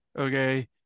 okay